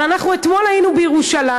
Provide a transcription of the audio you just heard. אבל אנחנו אתמול היינו בירושלים,